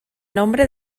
nombre